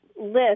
list